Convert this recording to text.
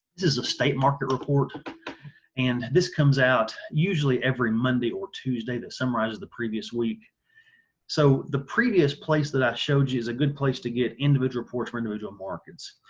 is a state market report and this comes out usually every monday or tuesday that summarizes the previous week so the previous place that i showed you is a good place to get individual reports for individual markets.